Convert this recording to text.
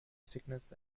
sickness